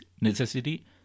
necessity